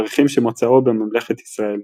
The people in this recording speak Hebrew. מעריכים שמוצאו בממלכת ישראל.